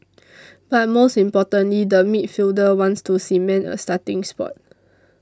but most importantly the midfielder wants to cement a starting spot